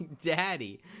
Daddy